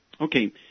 Okay